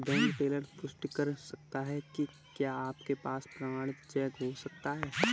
Bank teller पुष्टि कर सकता है कि क्या आपके पास प्रमाणित चेक हो सकता है?